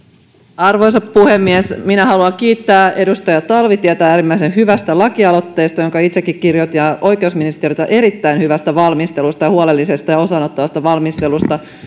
arvoisa puhemies minä haluan kiittää edustaja talvitietä äärimmäisen hyvästä lakialoitteesta jonka itsekin allekirjoitin ja oikeusministeriötä erittäin hyvästä valmistelusta ja huolellisesta ja osaaottavasta valmistelusta